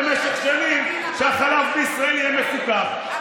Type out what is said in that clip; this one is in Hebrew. דאגתם במשך שנים שהחלב בישראל יהיה מפוקח,